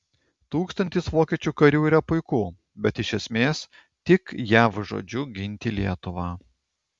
tūkstantis vokiečių karių yra puiku bet iš esmės tik jav žodžiu ginti lietuvą